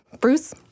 Bruce